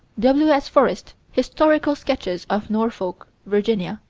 w s. forest, historical sketches of norfolk, virginia